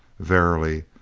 verily,